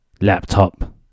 laptop